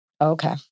Okay